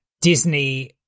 Disney